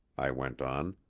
i went on.